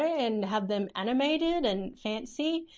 and have them animated and fancy?